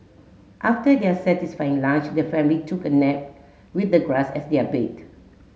after their satisfying lunch the family took a nap with the grass as their bed